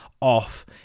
off